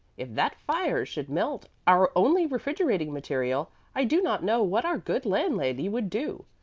if that fire should melt our only refrigerating material, i do not know what our good landlady would do.